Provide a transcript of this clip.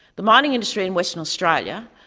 the mining industry in western australia,